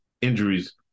injuries